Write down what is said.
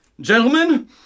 Gentlemen